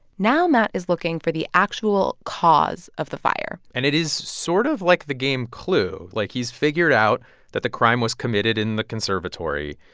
now matt is looking for the actual cause of the fire and it is sort of like the game clue. like, he's figured out that the crime was committed in the conservatory.